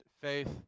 Faith